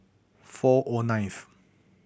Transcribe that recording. four O ninth